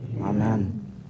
Amen